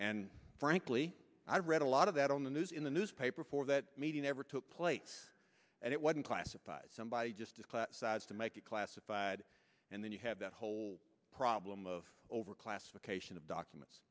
and frankly i've read a lot of that on the news in the newspaper for that meeting ever took place and it wasn't classified somebody just class size to make it classified and then you have the whole problem of overclassification of documents